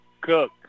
Cook